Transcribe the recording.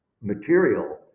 material